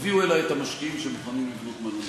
תביאו אלי את המשקיעים שמוכנים לבנות מלון באילת,